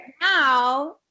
Now